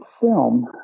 film